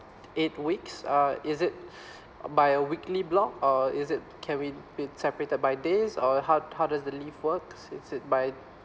eight weeks uh is it by a weekly block or is it can be be separated by days or how how does the leave works is it by